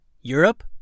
Europe